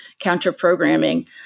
counter-programming